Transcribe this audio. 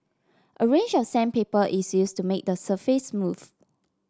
a range of sandpaper is used to make the surface smooth